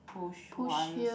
push once